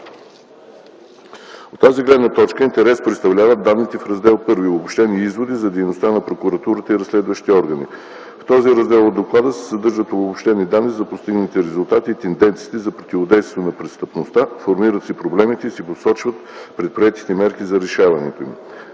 От тази гледна точка интерес представляват данните в Раздел I „Обобщени изводи за дейността на прокуратурата и разследващите органи”. В този раздел на Доклада се съдържат обобщени данни за постигнатите резултати и тенденциите в противодействието на престъпността, формулират се проблемите и се посочват предприетите мерки за решаването им.